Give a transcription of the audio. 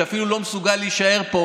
שאפילו לא מסוגל להישאר פה,